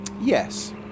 Yes